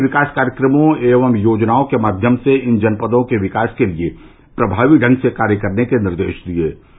उन्होंने विकास कार्यक्रमों एवं योजनाओं के माध्यम से इन जनपदों के विकास के लिए प्रभावी ढंग से कार्य करने के निर्देष दिये